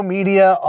Media